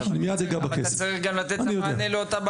אבל אתה צריך גם לתת את המענה לאותה,